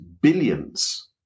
billions